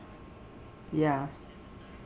ya